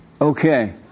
Okay